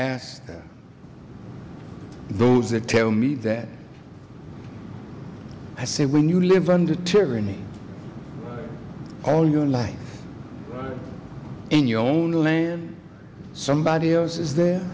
asked those that tell me that i said when you live under tyranny all your life in your own name somebody else is there